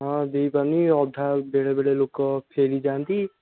ହଁ ଦେଇ ପାରୁନି ଅଧା ବେଳେ ବେଳେ ଲୋକ ଫେରିଯାଆନ୍ତି